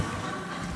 בבקשה.